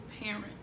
parent